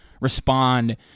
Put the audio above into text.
respond